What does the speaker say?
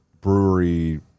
brewery